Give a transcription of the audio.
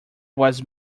was